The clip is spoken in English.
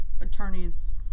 attorneys